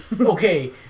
Okay